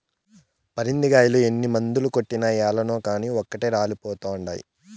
పరింద కాయలు ఎన్ని మందులు కొట్టినా ఏలనో కానీ ఓటే రాలిపోతండాయి